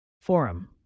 Forum